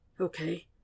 Okay